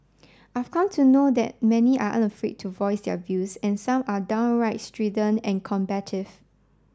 I've come to know that many are unafraid to voice their views and some are downright strident and combative